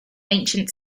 ancient